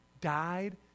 died